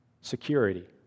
security